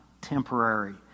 temporary